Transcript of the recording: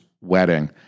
wedding